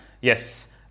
yes